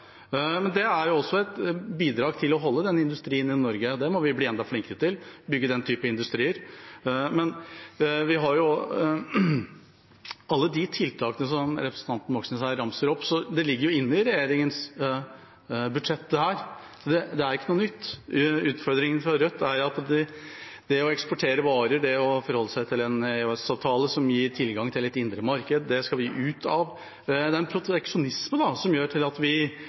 Men det er også et bidrag til å holde den industrien i Norge. Vi må bli enda flinkere til å bygge den typen industri. Alle de tiltakene som representanten Moxnes her ramser opp, ligger inne i regjeringas budsjett. Det er ikke noe nytt. Utfordringen for Rødt er det å eksportere varer, det å forholde seg til en EØS-avtale som gir tilgang til et indre marked – det skal vi ut av. Det er en proteksjonisme: Hvor skal vi få solgt alle de varene som vi